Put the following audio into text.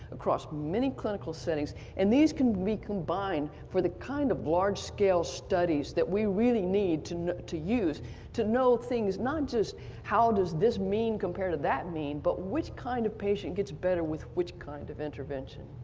across many settings, and these can be combined for the kind of large scale studies that we really need to to use to know things not just how does this mean compare to that mean, but which kind of patient gets better with which kind of intervention?